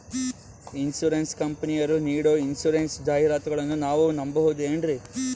Insurance ಕಂಪನಿಯರು ನೀಡೋ insurance ಜಾಹಿರಾತುಗಳನ್ನು ನಾವು ನಂಬಹುದೇನ್ರಿ?